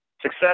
success